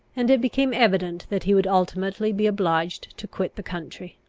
and it became evident that he would ultimately be obliged to quit the country.